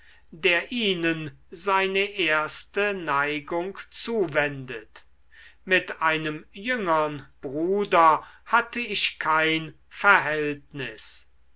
der ihnen seine erste neigung zuwendet mit einem jüngern bruder hatte ich kein verhältnis